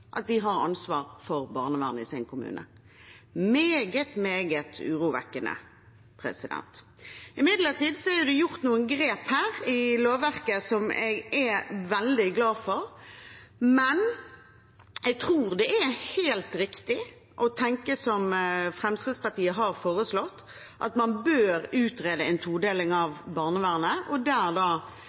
ansvar for barnevernet i sin kommune – meget, meget urovekkende. Imidlertid er det gjort noen grep i lovverket her som jeg er veldig glad for, men jeg tror det er helt riktig å tenke slik Fremskrittspartiet har foreslått, at man bør utrede en todeling av barnevernet der kommunene i hovedsak skal ha ansvaret for forebyggingen – det er